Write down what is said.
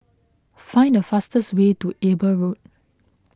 find the fastest way to Eber Road